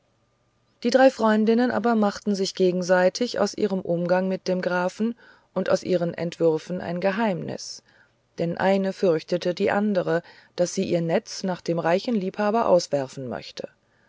die drei freundinnen aber machten sich gegenseitig aus ihrem umgang mit dem grafen und aus ihren entwürfen ein geheimnis denn eine fürchtete die andere daß sie ihr netz nach dem reichen liebhaber auswerfen möchte